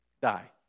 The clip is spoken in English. Die